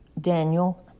Daniel